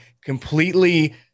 completely